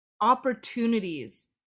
opportunities